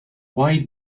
why